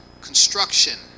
construction